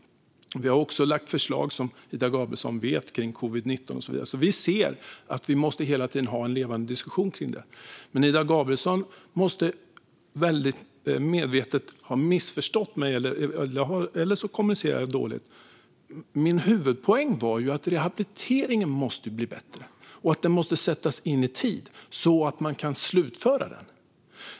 Vi har, som Ida Gabrielsson vet, också lagt fram förslag om covid-19 och så vidare, så vi ser att vi hela tiden måste ha en levande diskussion om detta. Ida Gabrielsson måste väldigt medvetet ha missförstått mig, eller så kommunicerar jag dåligt. Min huvudpoäng var att rehabiliteringen måste bli bättre och att den måste sättas in i tid så att den kan slutföras.